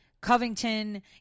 Covington